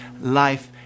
life